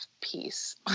peace